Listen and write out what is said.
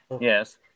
yes